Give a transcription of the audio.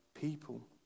people